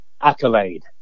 accolade